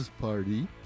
Party